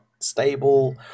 Stable